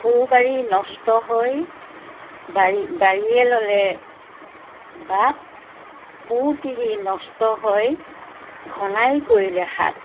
পো বাৰী নষ্ট হৈ বাৰী বাৰীয়ে ল'লে বাট পু তিৰী নষ্ট হৈ ঘনাই কৰিলে হাত